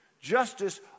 Justice